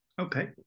okay